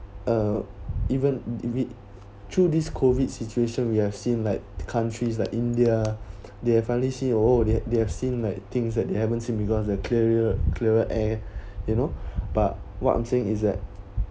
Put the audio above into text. uh even we we through this COVID situation we have seen like countries like india they have finally see oh they they have seen like things that they haven't seen because their clearer clearer air you know but what I'm saying is that